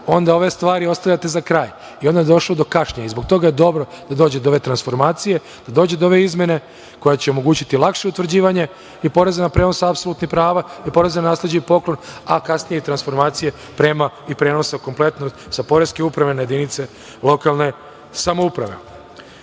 onda ove stvari ostavljate za kraj i onda je došlo zbog kašnjenja i zbog toga je dobro da dođe do ove transformacije, da dođe do ove izmene koja će omogućiti lakše utvrđivanje i poreza na prenos apsolutnih prava i poreza na nasleđe i poklon, a kasnije transformacije prema i prenosa kompletno sa Poreske uprave na jedinice lokalne samouprave. Sedmi